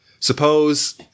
Suppose